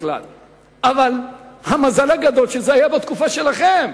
אבל המזל הגדול שזה היה בתקופה שלכם,